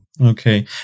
Okay